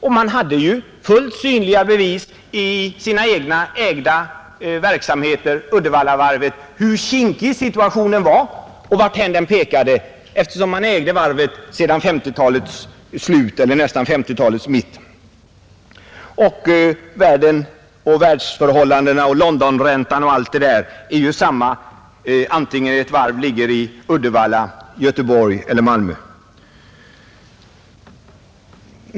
Staten har haft fullt synliga bevis i sin egen verksamhet för hur kinkig situationen varit och varthän utvecklingen pekat. Staten hade ju intressen i Uddevallavarvet från 1950-talets mitt. Förhållandena i världen, Londonräntan och annat verkar ju på samma sätt antingen ett varv ligger i Uddevalla, Göteborg eller Malmö.